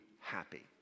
happy